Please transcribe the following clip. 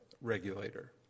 regulator